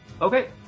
Okay